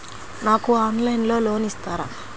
నాకు ఆన్లైన్లో లోన్ ఇస్తారా?